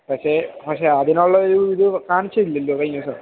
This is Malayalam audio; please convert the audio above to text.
പക്ഷേ പക്ഷേ അതിനുള്ള ഒരു ഇത് കാണിച്ചുമില്ലല്ലോ കഴിഞ്ഞ ദിവസം